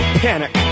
panic